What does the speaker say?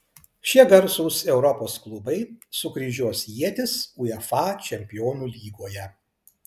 šie garsūs europos klubai sukryžiuos ietis uefa čempionų lygoje